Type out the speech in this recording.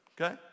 Okay